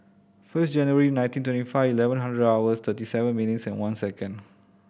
first January nineteen twenty five eleven hundred hours thirty seven minutes and one second